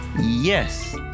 Yes